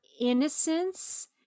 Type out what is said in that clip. innocence